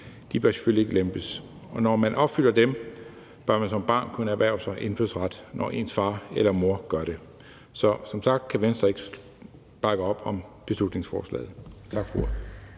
De bør selvfølgelig ikke lempes. Når man opfylder dem, bør man som barn kunne erhverve sig indfødsret, når ens far eller mor gør det. Så som sagt kan Venstre ikke bakke op om beslutningsforslaget.